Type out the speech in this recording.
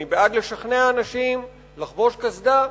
אני בעד לשכנע אנשים לחבוש קסדה,